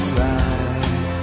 right